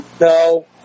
no